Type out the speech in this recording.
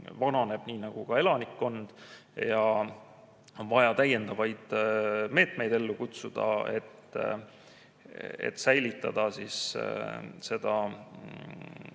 vananeb nii, nagu ka elanikkond, ja on vaja täiendavaid meetmeid ellu kutsuda, et säilitada seda